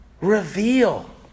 Reveal